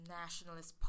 nationalist